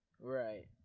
Right